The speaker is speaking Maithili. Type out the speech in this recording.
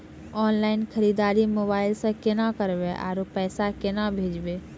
ऑनलाइन खरीददारी मोबाइल से केना करबै, आरु पैसा केना भेजबै?